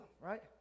right